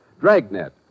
Dragnet